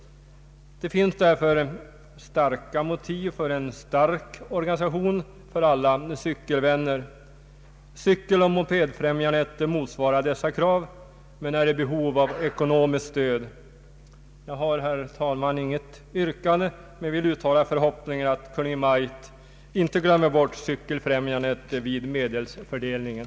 Det finns alltså klara motiv för en stark organisation för alla cykelvänner. Cykeloch mopedfrämjandet motsvarar dessa krav men är i behov av ekonomiskt stöd. Jag har, herr talman, inget yrkande men vill uttala förhoppningen att Kungl. Maj:t inte glömmer bort Cykelfrämjandet vid medelsfördelningen.